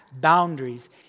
boundaries